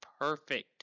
perfect